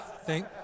Thank